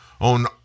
on